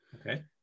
Okay